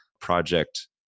project